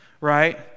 right